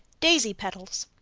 daisy petals.